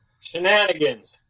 Shenanigans